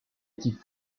équipe